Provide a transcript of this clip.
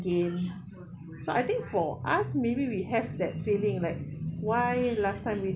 again so I think for us maybe we have that feeling like why last time we